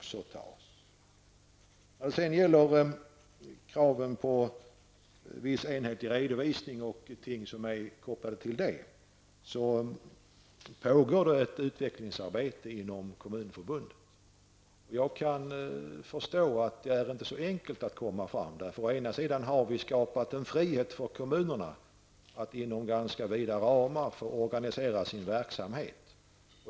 När det sedan gäller krav på viss enhetlig redovisning och frågor som är kopplade till detta, pågår ett utvecklingsarbete inom Kommunförbundet. Jag kan förstå att det inte är så enkelt att komma fram till resultat. Å ena sidan har vi skapat en frihet för kommunerna att inom ganska vida ramar organisera sin verksamhet.